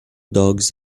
dogs